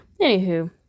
Anywho